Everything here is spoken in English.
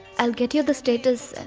i will get you the status.